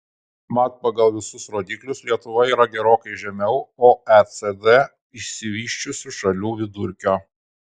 mat pagal visus rodiklius lietuva yra gerokai žemiau oecd išsivysčiusių šalių vidurkio